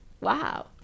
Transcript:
wow